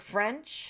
French